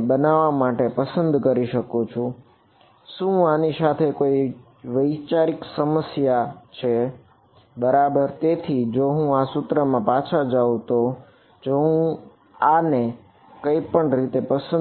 કારણ કે તે પ્રોડક્ટ દ્વારા